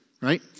right